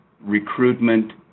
recruitment